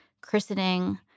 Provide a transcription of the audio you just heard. christening